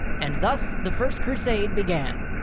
and thus the first crusade began.